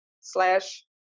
slash